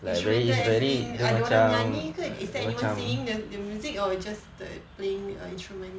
instrumental as in ada orang nyanyi ke is there anyone singing the music or just the playing instrument